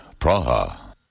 Praha